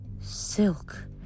silk